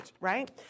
right